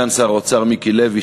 סגן שר האוצר מיקי לוי,